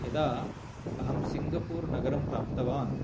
यदा अहं सिङ्गपुर् नगरं प्राप्तवान्